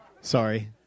Sorry